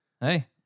hey